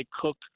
cook